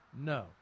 No